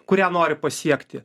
kurią nori pasiekti